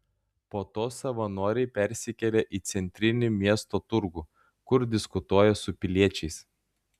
po to savanoriai persikelia į centrinį miesto turgų kur diskutuoja su piliečiais